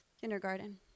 Kindergarten